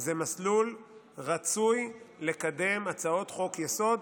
זה מסלול רצוי לקידום הצעות חוק-יסוד,